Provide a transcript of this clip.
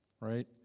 right